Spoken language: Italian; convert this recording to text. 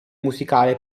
musicale